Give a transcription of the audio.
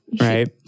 Right